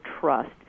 trust